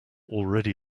already